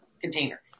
container